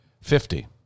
Fifty